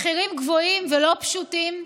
מחירים גבוהים ולא פשוטים,